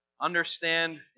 understand